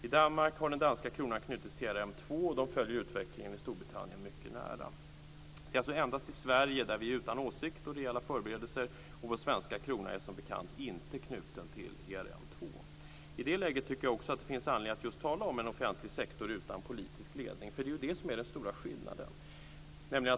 I Danmark har den danska kronan knutits till ERM 2. Man följer utvecklingen i Storbritannien nära. Det är alltså endast i Sverige som vi är utan åsikt och reella förberedelser. Vår svenska krona är som bekant inte knuten till ERM 2. I det läget finns det anledning att tala om en offentlig sektor utan en politisk ledning. Det är den stora skillnaden.